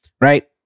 right